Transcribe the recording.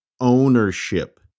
Ownership